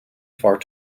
far